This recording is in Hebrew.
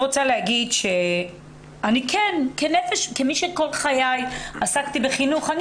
רוצה שכמי שכל חיי עסקתי בחינוך,